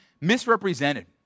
misrepresented